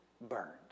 burned